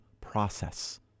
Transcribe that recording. process